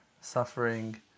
suffering